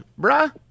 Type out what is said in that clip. bruh